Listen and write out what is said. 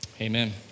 Amen